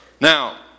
Now